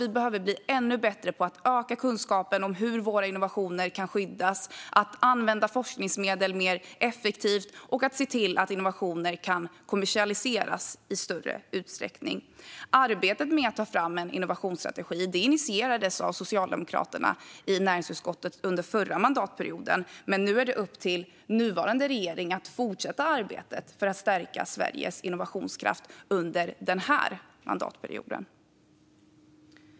Vi behöver bli ännu bättre på att öka kunskapen om hur våra innovationer kan skyddas. Vi behöver bli bättre på att använda forskningsmedel mer effektivt och att se till att innovationer kan kommersialiseras i större utsträckning. Arbetet med att ta fram en innovationsstrategi initierades av Socialdemokraterna i näringsutskottet under förra mandatperioden. Nu är det upp till nuvarande regering att fortsätta arbetet för att stärka Sveriges innovationskraft under den här mandatperioden.